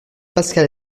pascal